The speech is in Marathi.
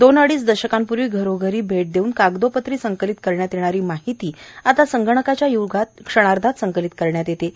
दोन अडीच दशकापूर्वी घरोघरी भेट देऊन कागदोपत्री संकलित करण्यात येणारी माहिती आता संगणकाच्या य्गात क्षणार्धात संकलित करण्यात येत आहे